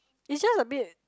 it's just a bit